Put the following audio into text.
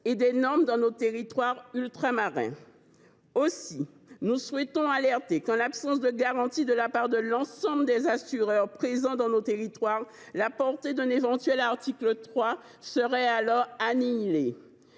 et des normes dans nos territoires ultramarins. Je souhaite notamment alerter sur un point : en l’absence de garantie de la part de l’ensemble des assureurs présents dans nos territoires, la portée d’un éventuel article 3 serait nulle.